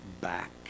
back